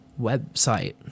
website